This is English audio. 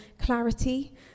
clarity